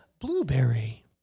blueberry